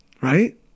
Right